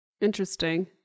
Interesting